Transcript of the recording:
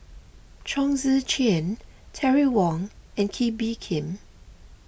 Chong Tze Chien Terry Wong and Kee Bee Khim